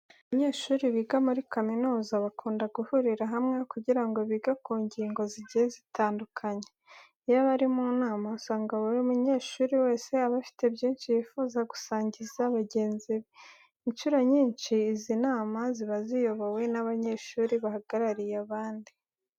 Abanyeshuri biga muri kaminuza, bakunda guhurira hamwe kugira ngo bige ku ngingo zigiye zitandukanye. Iyo bari mu nama usanga buri munyeshuri wese aba afite byinshi yifuza gusangiza bagenzi be. Incuro nyinshi izi nama ziba ziyobowe n'abanyeshuri bahagarariye abandi.